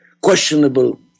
questionable